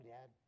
Dad